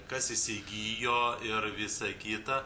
kas įsigijo ir visa kita